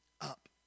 up